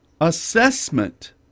assessment